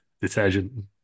detergent